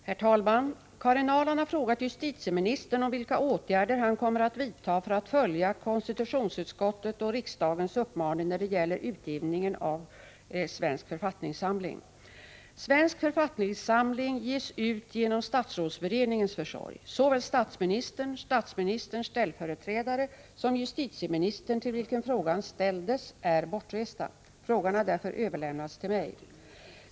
Herr talman! Karin Ahrland har frågat justitieministern om vilka åtgärder han kommer att vidta för att följa konstitutionsutskottets och riksdagens uppmaning när det gäller utgivningen av SFS. Svensk författningssamling ges ut genom statsrådsberedningens försorg. Såväl statsministern och statsministerns ställföreträdare som justitieministern — till vilken frågan ställdes — är bortresta. Frågan har därför överlämnats till mig.